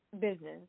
business